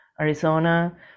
Arizona